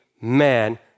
man